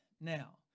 now